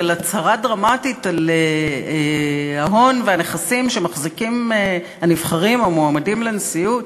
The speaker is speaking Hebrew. של הצהרה דרמטית על ההון והנכסים שמחזיקים הנבחרים או המועמדים לנשיאות,